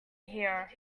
here